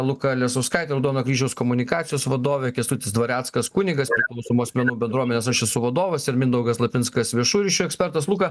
luka lesauskaitė raudono kryžiaus komunikacijos vadovė kęstutis dvareckas kunigas priklausomų asmenų bendruomenės aš esu vadovas ir mindaugas lapinskas viešųjų ryšių ekspertas luka